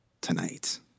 tonight